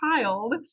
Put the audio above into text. child